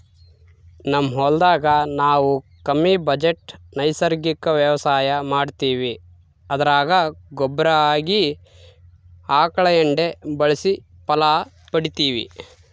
ನಮ್ ಹೊಲದಾಗ ನಾವು ಕಮ್ಮಿ ಬಜೆಟ್ ನೈಸರ್ಗಿಕ ವ್ಯವಸಾಯ ಮಾಡ್ತೀವಿ ಅದರಾಗ ಗೊಬ್ಬರ ಆಗಿ ಆಕಳ ಎಂಡೆ ಬಳಸಿ ಫಲ ಪಡಿತಿವಿ